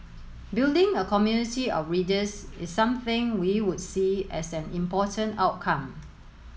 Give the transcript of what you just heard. building a community of readers is something we would see as an important outcome